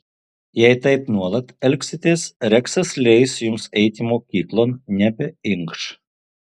jei taip nuolat elgsitės reksas leis jums eiti mokyklon nebeinkš